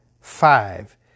Five